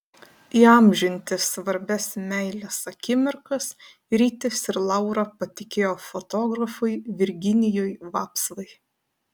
įamžinti svarbias meilės akimirkas rytis ir laura patikėjo fotografui virginijui vapsvai